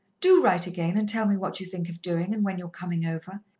do write again and tell me what you think of doing and when you're coming over.